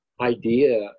idea